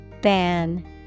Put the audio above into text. Ban